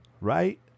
right